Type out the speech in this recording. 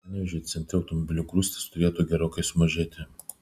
panevėžio centre automobilių grūstys turėtų gerokai sumažėti